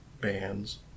bands